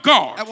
God